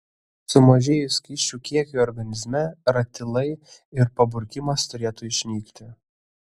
sumažėjus skysčių kiekiui organizme ratilai ir paburkimas turėtų išnykti